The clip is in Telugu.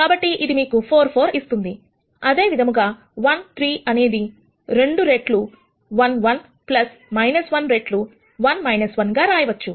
కాబట్టి అది మీకు 4 4 ఇస్తుంది అదేవిధంగా 1 3 అనేది2 రెట్లు 1 1 1 రెట్లు 1 1 గా రాయవచ్చు